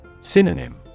Synonym